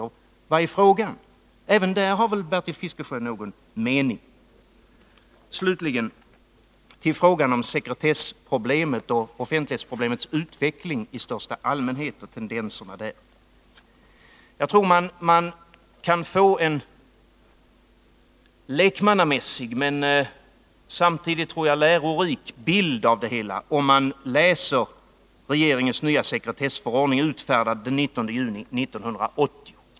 Vad gäller det? Även här har väl Bertil Fiskesjö någon mening? Sedan till frågan om sekretessproblemet och offentlighetsprincipens utvecklingi största allmänhet och tendenserna där. Jag tror att man kan få en lekmannamässig men samtidigt lärorik bild av det hela om man läser regeringens nya sekretessförordning, utfärdad den 19 juni 1980.